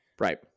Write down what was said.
right